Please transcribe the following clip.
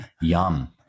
yum